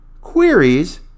queries